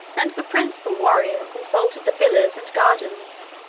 and the principal warriors insulted the villas and gardens,